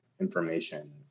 information